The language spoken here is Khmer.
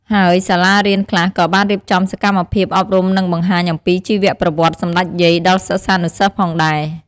ហើយសាលារៀនខ្លះក៏បានរៀបចំសកម្មភាពអប់រំនិងបង្ហាញអំពីជីវប្រវត្តិសម្តេចយាយដល់សិស្សានុសិស្សផងដែរ។